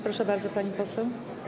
Proszę bardzo, pani poseł.